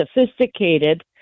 sophisticated